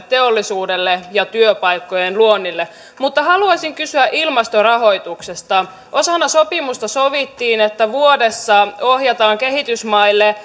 teollisuudelle ja työpaikkojen luonnille mutta haluaisin kysyä ilmastorahoituksesta osana sopimusta sovittiin että vuodessa ohjataan kehitysmaille